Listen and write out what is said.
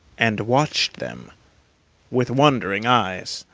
and watched them with wondering eyes.